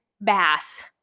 bass